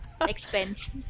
Expense